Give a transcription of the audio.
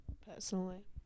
personally